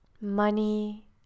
Money